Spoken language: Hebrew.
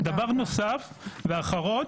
ודבר אחרון,